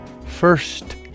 First